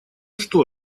что